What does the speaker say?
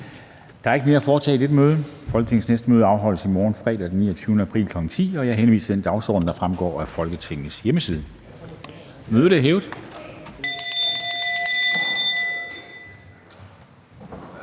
Der er ikke mere at foretage i dette møde. Folketingets næste møde afholdes i morgen, fredag den 29. april 2022, kl 10.00. Jeg henviser til den dagsorden, der fremgår af Folketingets hjemmeside. Mødet er hævet.